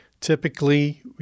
Typically